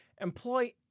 employ